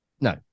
No